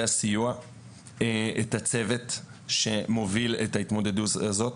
הסיוע את הצוות שמוביל את ההתמודדות הזאת,